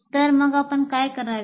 तर मग आपण काय करावे